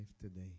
today